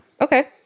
Okay